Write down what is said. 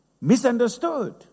misunderstood